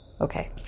Okay